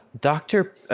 Doctor